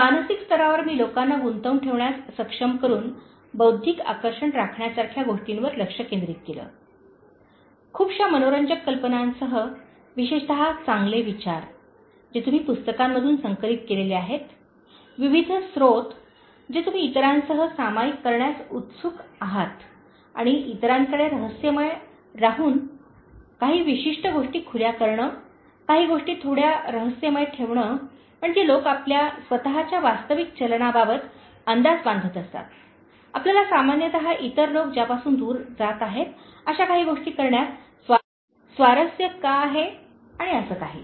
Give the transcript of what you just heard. मानसिक स्तरावर मी लोकांना गुंतवून ठेवण्यात सक्षम करून बौद्धिक आकर्षण राखण्यासारख्या गोष्टींवर लक्ष केंद्रित केले खूपशा मनोरंजक कल्पनांसह विशेषत चांगले विचार जे तुम्ही पुस्तकांमधून संकलित केलेले आहेत विविध स्रोत जे तुम्ही इतरांसह सामायिक करण्यास इच्छुक आहात आणि इतरांकडे रहस्यमय राहून काही विशिष्ट गोष्टी खुल्या करणे काही गोष्टी थोड्या रहस्यमय ठेवणे म्हणजे लोक आपल्या स्वतःच्या वास्तविक चलनाबाबत अंदाज बांधत असतात आपल्याला सामान्यत इतर लोक ज्यापासून दूर जात आहेत अशा काही गोष्टी करण्यात स्वारस्य का आहे आणि असे काही